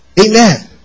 Amen